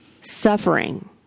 suffering—